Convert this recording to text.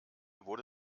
wurde